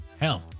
hell